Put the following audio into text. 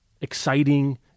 exciting